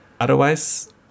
otherwise